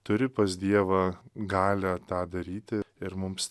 turi pas dievą galią tą daryti ir mums